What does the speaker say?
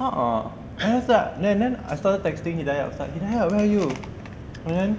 a'ah and then I was like and then and then I started texting hidayat I was like hidayat where are you and then